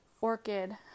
orchid